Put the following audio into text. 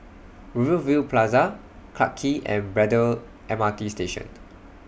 Rivervale Plaza Clarke Quay and Braddell M R T Station